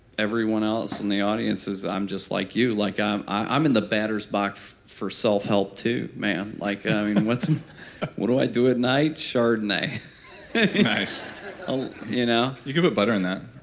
everyone else in the audience i'm just like you. like i'm i'm in the batter's box for self-help, too, man. like what so what do i do at night? chardonnay nice you know? you could put butter in that